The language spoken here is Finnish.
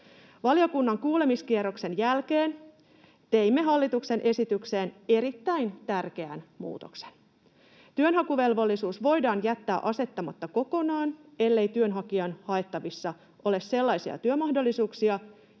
Valiokunnan kuulemiskierroksen jälkeen teimme hallituksen esitykseen erittäin tärkeän muutoksen. Työnhakuvelvollisuus voidaan jättää asettamatta kokonaan, ellei työnhakijan haettavissa ole sellaisia työmahdollisuuksia,